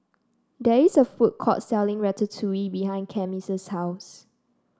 there is a food court selling Ratatouille behind Cami's house